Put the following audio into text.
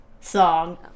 song